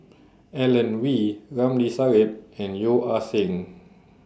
Alan Oei Ramli Sarip and Yeo Ah Seng